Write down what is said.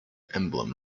emblem